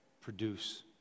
produce